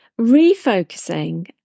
Refocusing